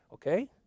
okay